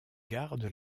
garde